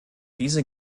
diese